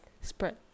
spread